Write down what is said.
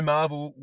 Marvel